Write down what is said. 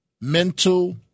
mental